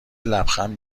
لبخند